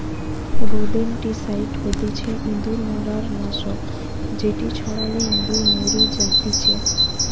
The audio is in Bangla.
রোদেনটিসাইড হতিছে ইঁদুর মারার নাশক যেটি ছড়ালে ইঁদুর মরি জাতিচে